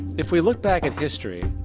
if we look back at history,